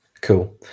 cool